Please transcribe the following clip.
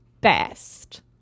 best